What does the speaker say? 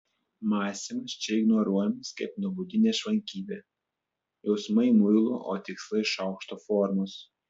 mąstymas čia ignoruojamas kaip nuobodi nešvankybė jausmai muilo o tikslai šaukšto formos